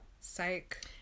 Psych